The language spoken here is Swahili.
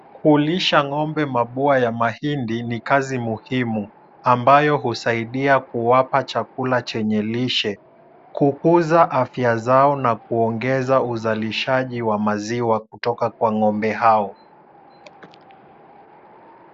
Kulisha ng'ombe mabua ya mahindi ni kazi muhimu ambayo husaidia kuwapa chakula chenye lishe ,kukuza afya zao na kuongeza uzalishaji wa maziwa kutoka kwa ng'ombe hao.